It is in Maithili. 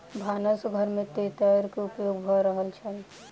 भानस घर में तेतैर के उपयोग भ रहल छल